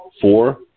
Four